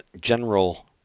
general